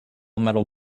metal